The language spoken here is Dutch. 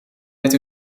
met